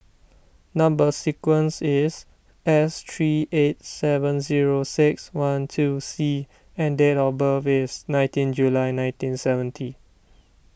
Number Sequence is S three eight seven zero six one two C and date of birth is nineteen July nineteen seventy